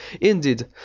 Indeed